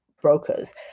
brokers